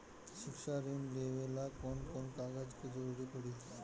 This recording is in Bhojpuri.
शिक्षा ऋण लेवेला कौन कौन कागज के जरुरत पड़ी?